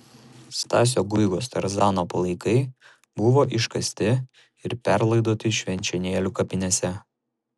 stasio guigos tarzano palaikai buvo iškasti ir perlaidoti švenčionėlių kapinėse